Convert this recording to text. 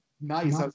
nice